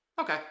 Okay